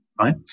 right